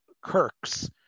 Kirk's